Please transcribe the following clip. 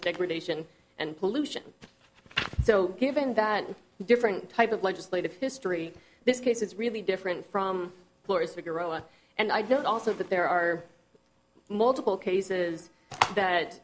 degradation and pollution so given that different type of legislative history this case is really different from floors and i don't also that there are multiple cases that